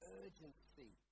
urgency